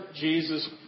Jesus